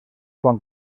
quan